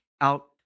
out